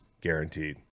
guaranteed